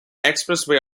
expressway